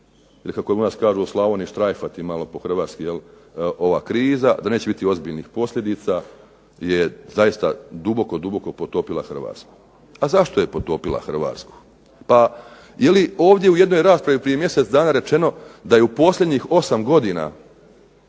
kako u nas kažu u Slavoniji štrajfati malo po hrvatski ova kriza, da neće biti ozbiljnih posljedica je zaista duboko, duboko potopila Hrvatsku. A zašto je potopila Hrvatsku? Pa jeli ovdje u jednoj raspravi prije mjesec dana rečeno da je u posljednjih 8 godina